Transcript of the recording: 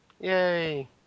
Yay